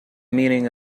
meaning